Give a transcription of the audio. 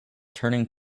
turning